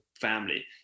family